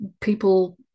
people